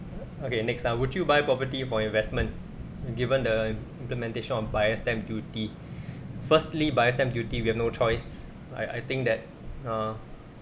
okay next uh would you buy property for investment given the implementation of buyer's stamp duty firstly buyer's stamp duty we have no choice I I think that err